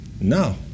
no